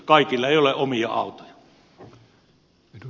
kaikilla ei ole omia autoja